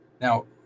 Now